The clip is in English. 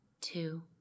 two